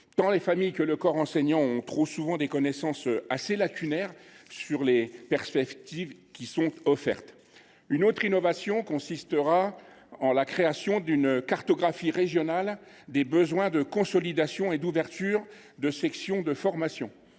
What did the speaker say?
car les familles comme le corps enseignant ont trop souvent des connaissances assez lacunaires sur les perspectives offertes. Le texte prévoit également une autre innovation : la création d’une cartographie régionale des besoins de consolidation et d’ouverture de sections de formation.